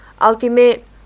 Ultimate